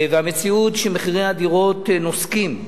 והמציאות שמחירי הדירות נוסקים,